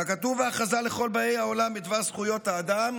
ככתוב בהכרזה לכל באי העולם בדבר זכויות האדם,